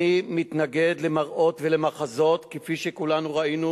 אני מתנגד למראות ולמחזות כפי שכולנו ראינו